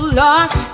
lost